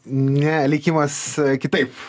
ne likimas kitaip